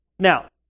Now